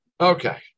Okay